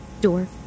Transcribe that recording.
door